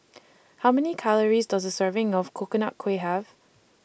How Many Calories Does A Serving of Coconut Kuih Have